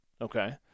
okay